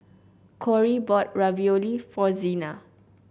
Corrie bought Ravioli for Zina